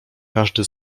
każdy